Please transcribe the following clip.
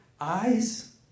eyes